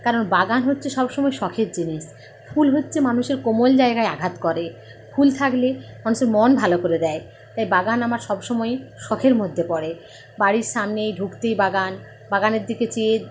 কারণ বাগান হচ্ছে সব সময় শখের জিনিস ফুল হচ্ছে মানুষের কোমল জায়গায় আঘাত করে ফুল থাকলে মানুষের মন ভালো করে দেয় তাই বাগান আমার সব সময়ই শখের মধ্যে পড়ে বাড়ির সামনেই ঢুকতেই বাগান বাগানের দিকে চেয়ে